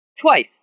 Twice